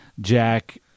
Jack